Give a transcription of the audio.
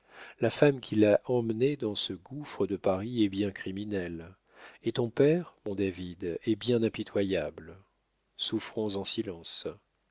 la femme qui l'a emmené dans ce gouffre de paris est bien criminelle et ton père mon david est bien impitoyable souffrons en silence